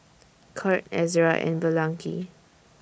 Kurt Ezra and Blanchie